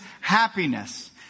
happiness